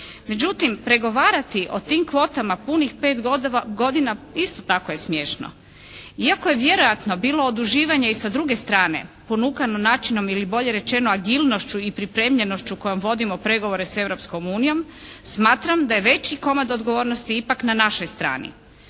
Međutim pregovarati o tim kvotama punih pet godina isto tako je smiješno, iako je vjerojatno bilo oduživanje i sa druge strane ponukano načinom ili bolje rečeno agilnošću i pripremljenošću kojom vodimo pregovore s Europskom unijom, smatram da je veći komad odgovornosti ipak na našoj strani.